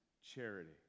charity